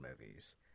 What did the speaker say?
movies